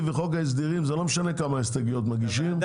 וחוק ההסדרים זה לא משנה כמה הסתייגויות מגישים.